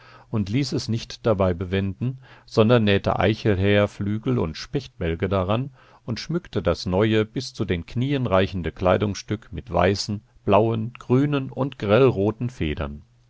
und ließ es nicht dabei bewenden sondern nähte eichelhäherflügel und spechtbälge daran und schmückte das neue bis zu den knien reichende kleidungsstück mit weißen blauen grünen und grellroten federn